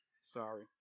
Sorry